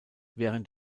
während